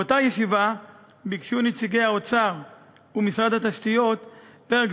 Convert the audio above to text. באותה ישיבה ביקשו נציגי האוצר ומשרד התשתיות פרק